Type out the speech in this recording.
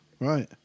Right